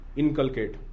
inculcate